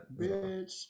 bitch